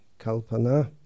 Kalpana